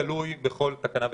זה תלוי בכל תקנה ותקנה.